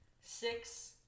six